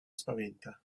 spaventa